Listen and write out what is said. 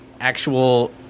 Actual